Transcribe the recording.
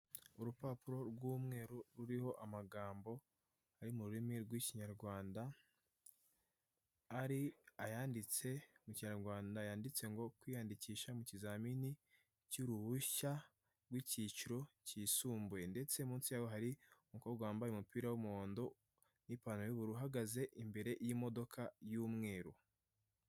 Urupapuro rw'umweru ruriho amagambo ari mu rurimi rw'Ikinyarwanda ari ayanditse mu kinyarwanda yanditse ngo kwiyandikisha mu kizamini cy'uruhushya rw'icyiciro cyisumbuye. Ndetse munsi yaho hari umukobwa wambaye umupira w'umuhondo n'ipantaro y'ubururu uhagaze imbere y'imodoka y'umweru.